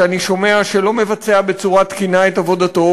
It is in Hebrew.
שאני שומע שלא מבצע בצורה תקינה את עבודתו,